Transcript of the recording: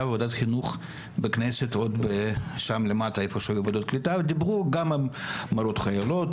הקליטה ובוועדת החינוך בכנסת ודיברו גם על מורות חיילות